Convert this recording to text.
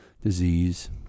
disease